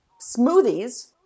smoothies